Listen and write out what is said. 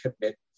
commit